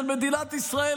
של מדינת ישראל,